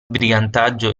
brigantaggio